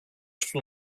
στου